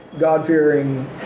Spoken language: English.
God-fearing